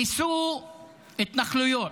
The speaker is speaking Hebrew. ניסו התנחלויות,